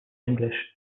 english